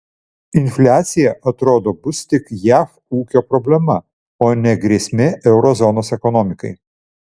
infliacija atrodo bus tik jav ūkio problema o ne grėsmė euro zonos ekonomikai